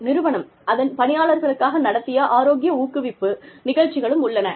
நிறுவனம் அதன் பணியாளர்களுக்காக நடத்திய ஆரோக்கிய ஊக்குவிப்பு நிகழ்ச்சிகளும் உள்ளன